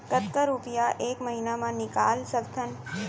कतका रुपिया एक महीना म निकाल सकथन?